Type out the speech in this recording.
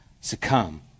succumb